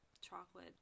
chocolate